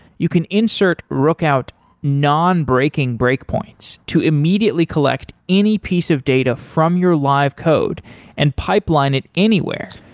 you can insert rookout non-breaking breakpoints to immediately collect any piece of data from your live code and pipeline it anywhere.